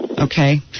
Okay